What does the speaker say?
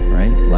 right